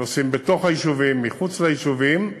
עושים בתוך היישובים, מחוץ ליישובים.